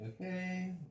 Okay